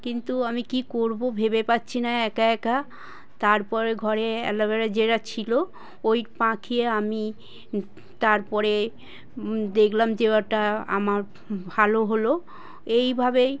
কিন্তু আমি কী করব ভেবে পাচ্ছি না একা একা তারপরে ঘরে অ্যালোভেরা যেটা ছিল ওই পাঁকিয়ে আমি তারপরে দেখলাম যে ওটা আমার ভালো হল এইভাবেই